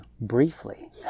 briefly